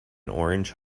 orange